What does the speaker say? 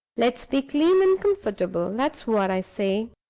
let's be clean and comfortable, that's what i say.